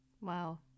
wow